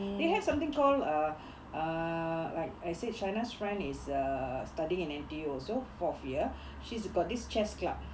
they have something call uh uh like I said shina's friend is err studying in N_T_U also fourth year she's got this chess club